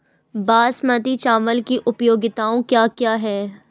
बासमती चावल की उपयोगिताओं क्या क्या हैं?